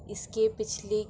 اس کے پچھلی